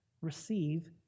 receive